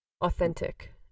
Authentic